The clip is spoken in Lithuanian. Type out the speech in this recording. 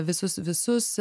visus visus